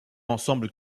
ensemble